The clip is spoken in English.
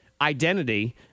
identity